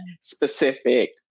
specific